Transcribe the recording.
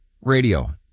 radio